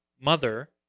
mother